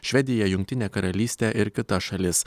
švediją jungtinę karalystę ir kitas šalis